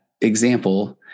example